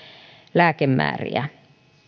lääkemääriä